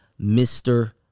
Mr